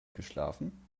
geschlafen